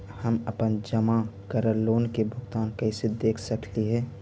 हम अपन जमा करल लोन के भुगतान कैसे देख सकली हे?